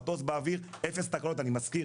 מטוס באוויר, אפס תקלות, אני מזכיר.